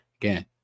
again